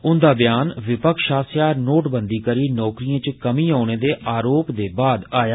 उन्दा ब्यान विपक्ष आस्सेआ नोटबंदी करी नौकरियें च कमी औने दे आरोप मगरा आया